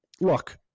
look